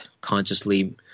consciously